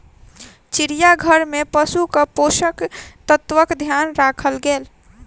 चिड़ियाघर में पशुक पोषक तत्वक ध्यान राखल गेल